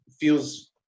feels